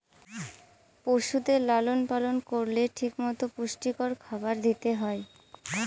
পশুদের লালন পালন করলে ঠিক মতো পুষ্টিকর খাবার দিতে হয়